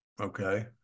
okay